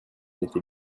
était